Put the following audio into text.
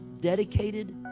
dedicated